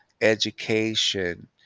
education